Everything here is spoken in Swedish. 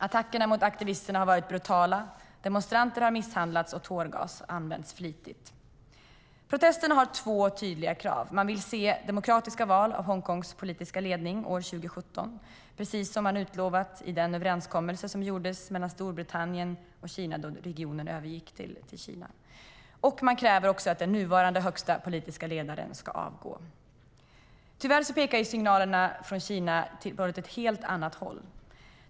Attackerna mot aktivisterna har varit brutala, demonstranter har misshandlats och tårgas har använts flitigt. Protesterna har två tydliga krav. Man vill se demokratiska val av Hongkongs politiska ledning år 2017, precis som utlovats i den överenskommelse som gjordes mellan Storbritannien och Kina då regionen övergick till Kina. Man kräver också att den nuvarande högsta politiske ledaren ska avgå. Tyvärr pekar signalerna från Kina åt ett helt annat håll.